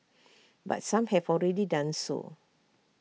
but some have already done so